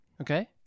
Okay